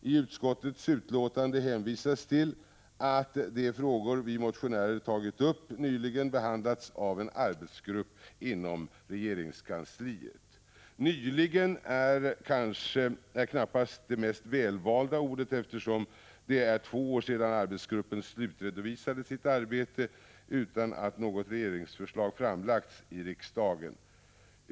I utskottets utlåtande hänvisas till att de frågor vi motionärer tagit upp ”nyligen” behandlats av en arbetsgrupp inom regeringskansliet. Nyligen är knappast det mest välvalda ordet, eftersom det är två år sedan arbetsgruppen slutredovisade sitt arbete utan att något regeringsförslag framlagts i riksdagen.